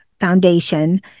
Foundation